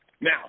Now